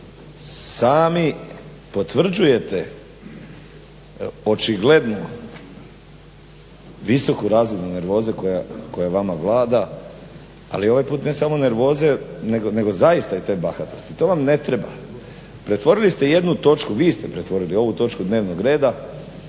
sami potvrđujete očiglednu visoku razinu nervoze koja vama vlada, ali ovaj puta ne samo nervoze nego zaista i te bahatosti. To vam ne treba. Pretvorili ste jednu točku, vi ste pretvorili ovu točku dnevnog rada